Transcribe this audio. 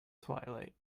twilight